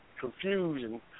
confusion